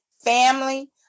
Family